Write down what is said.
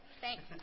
Thanks